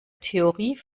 theorie